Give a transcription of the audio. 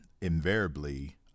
invariably